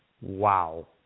Wow